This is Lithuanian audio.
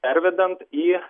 pervedant į